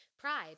pride